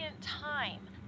time